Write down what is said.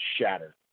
shatter